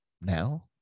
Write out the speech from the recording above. Now